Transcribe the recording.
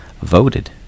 voted